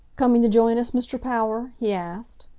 coming to join us, mr. power? he asked.